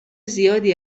زیادی